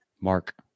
mark